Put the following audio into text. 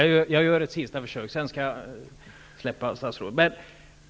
Fru talman! Jag gör ett sista försök, sedan skall jag släppa statsrådet.